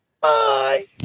bye